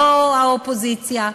לא האופוזיציה.